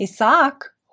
Isaac